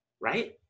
right